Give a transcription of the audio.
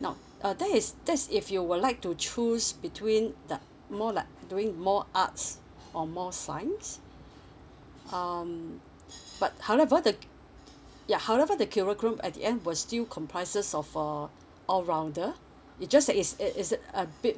not uh there is there is if you would like to choose between the more like doing more arts or more science um but however the ya however the at the end were still comprises or uh all rounder it just that is it is it a bit